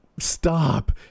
stop